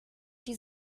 die